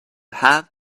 have